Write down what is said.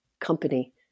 company